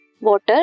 Water